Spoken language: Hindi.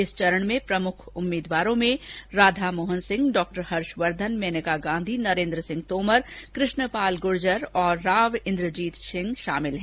इस चरण में प्रमुख उम्मीदवारों में राधामोहन सिंह हर्षवर्धन मेनका गांधी नरेंद्र सिंह तोमर कृ ष्णपाल गुर्जर और राव इंद्रजीत सिंह शामिल हैं